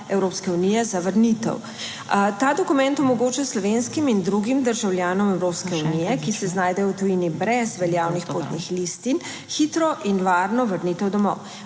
Evropske unije za vrnitev. Ta dokument omogoča slovenskim in drugim državljanom Evropske unije, ki se znajdejo v tujini brez veljavnih potnih listin, hitro in varno vrnitev domov.